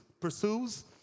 pursues